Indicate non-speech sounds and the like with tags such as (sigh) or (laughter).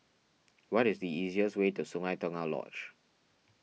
(noise) what is the easiest way to Sungei Tengah Lodge